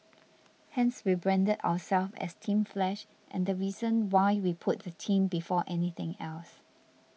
hence we branded ourselves as Team Flash and the reason why we put the team before anything else